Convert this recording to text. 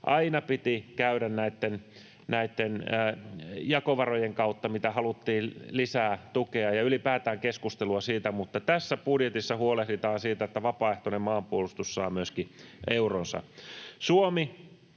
piti aina käydä näitten jakovarojen kautta, mitä haluttiin lisää tukea ja ylipäätään keskustelua siitä, mutta tässä budjetissa huolehditaan siitä, että vapaaehtoinen maanpuolustus saa myöskin euronsa. Suomi